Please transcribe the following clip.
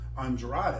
Andrade